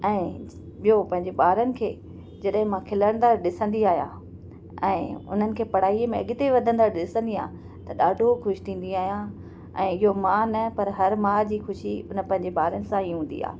ऐं ॿियो पंहिंजे ॿारनि खे जॾहिं मां खिलंदा ॾिसंदी आहियां ऐं हुननि खे पढ़ाईअ में अॻिते वधंदा ॾिसंदी आहियां त ॾाढो ख़ुशि थींदी आहियां ऐं इहो मां न पर हर माउ जी ख़ुशी हुन पैंजे ॿारनि सां ई हूंदी आहे